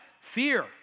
Fear